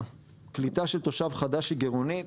שהקליטה של תושב חדש היא גרעונית,